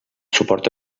suport